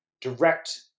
direct